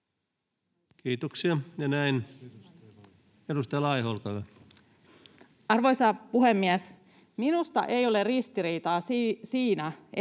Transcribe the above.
Kiitoksia. — Edustaja Laiho, olkaa hyvä. Arvoisa puhemies! Minusta ei ole ristiriitaa siinä,